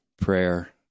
prayer